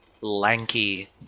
lanky